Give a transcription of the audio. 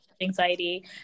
anxiety